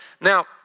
Now